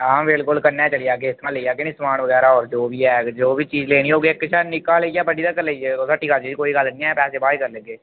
हां बिल्कुल कन्नै चली आह्गे इत्थुआं लेई जाह्गे नी समान बगैरा होर जो बी ऐ जो बी चीज लेनी होग इक शा निक्का लेइयै बड्ढी तक इत्था लेई जाओ हट्टी दा ऐसी गल्ल नि ऐ पैसे बाद इच करी लैगे